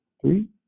Three